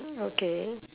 mm okay